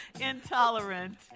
Intolerant